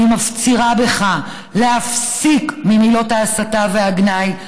אני מפצירה בך להפסיק את מילות ההסתה והגנאי,